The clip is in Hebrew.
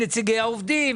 נציגי העובדים,